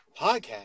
Podcast